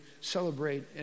celebrate